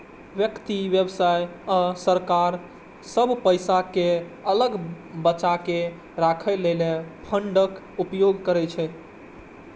व्यक्ति, व्यवसाय आ सरकार सब पैसा कें अलग बचाके राखै लेल फंडक उपयोग करै छै